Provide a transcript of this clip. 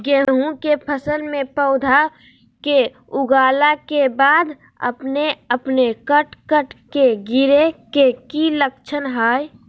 गेहूं के फसल में पौधा के उगला के बाद अपने अपने कट कट के गिरे के की लक्षण हय?